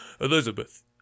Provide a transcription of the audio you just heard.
Elizabeth